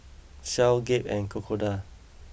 Shell Gap and Crocodile